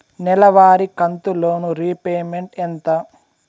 నెలవారి కంతు loan repayment ఎంత?